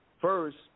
first